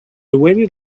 waited